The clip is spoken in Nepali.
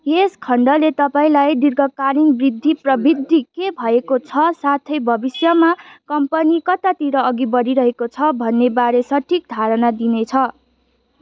यस खण्डले तपाईँँलाई दीर्घकालीन वृद्धि प्रवृति के भएको छ साथै भविष्यमा कम्पनी कतातिर अघि बढीरहेको छ भन्ने बारे सटीक धारणा दिनेछ